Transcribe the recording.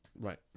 Right